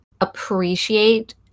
appreciate